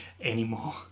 anymore